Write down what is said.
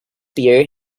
beer